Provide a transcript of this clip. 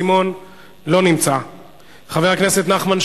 אנחנו סיימנו את החקיקה להיום ועוברים להצעות דחופות